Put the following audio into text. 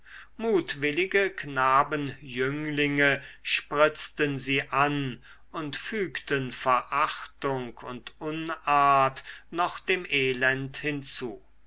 mutwillige knabenjünglinge spritzten sie an und fügten verachtung und unart noch dem elend hinzu